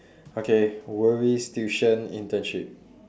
okay worries tuition internship